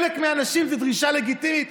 לחלק מהאנשים זאת דרישה לגיטימית.